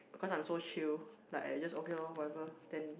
cause I'm so chill like I just okay lor whatever then